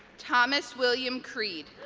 thomas william creed